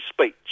speech